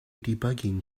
debugging